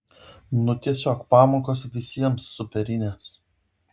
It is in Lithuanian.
nu tiesiog pamokos visiems superinės